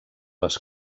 les